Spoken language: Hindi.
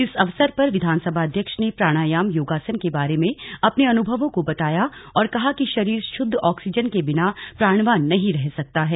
इस अवसर पर विधानसभा अध्यक्ष ने प्राणायाम योगासन के बारे में अपने अनुभवों को बताया और कहा कि शरीर शुद्ध ऑक्सीजन के बिना प्राणवान नहीं रह सकता है